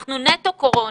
אנחנו נטו קורונה.